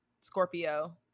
Scorpio